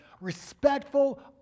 respectful